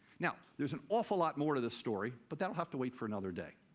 now, there's an awful lot more to this story, but that'll have to wait for another day.